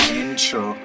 intro